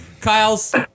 Kyle's